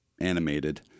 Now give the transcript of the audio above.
animated